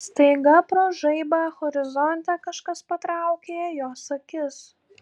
staiga pro žaibą horizonte kažkas patraukė jos akis